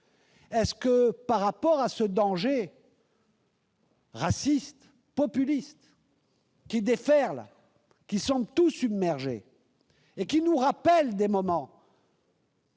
! Alors, par rapport à ce danger raciste et populiste qui déferle, semble tout submerger et nous rappelle des moments